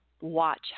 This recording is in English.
watch